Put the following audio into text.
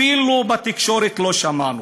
אפילו בתקשורת לא שמענו.